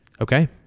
Okay